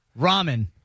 ramen